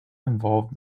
involved